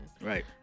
Right